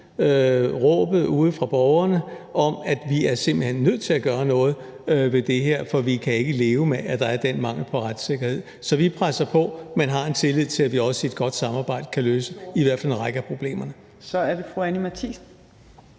råbet ude fra borgerne om, at vi simpelt hen er nødt til at gøre noget ved det her, for vi kan ikke leve med, at der er den mangel på retssikkerhed. Så vi presser på, men har en tillid til, at vi også i et godt samarbejde kan løse i hvert fald en række af problemerne. Kl. 21:05 Fjerde